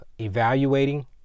Evaluating